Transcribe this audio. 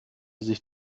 sich